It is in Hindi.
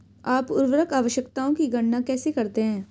आप उर्वरक आवश्यकताओं की गणना कैसे करते हैं?